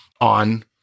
on